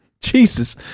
Jesus